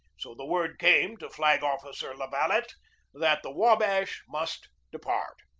so the word came to flag-officer la valette that the wabash must depart.